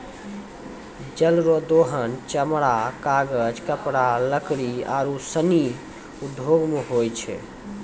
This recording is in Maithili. जल रो दोहन चमड़ा, कागज, कपड़ा, लकड़ी आरु सनी उद्यौग मे होय छै